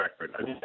record